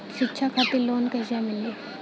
शिक्षा खातिर लोन कैसे मिली?